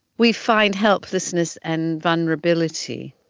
we find helplessness and vulnerability